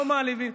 לא מעליבים.